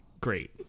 great